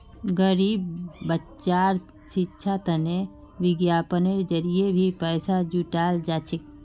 गरीब बच्चार शिक्षार तने विज्ञापनेर जरिये भी पैसा जुटाल जा छेक